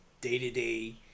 day-to-day